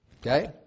Okay